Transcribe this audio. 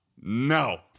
No